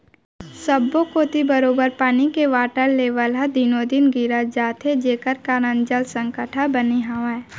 सब्बो कोती बरोबर पानी के वाटर लेबल हर दिनों दिन गिरत जात हे जेकर कारन जल संकट ह बने हावय